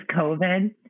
COVID